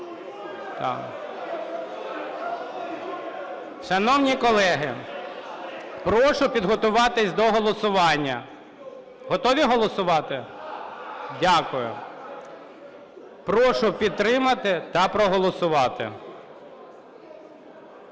Шановні колеги, прошу підготуватися до голосування. Готові голосувати? Дякую. Прошу підтримати та проголосувати.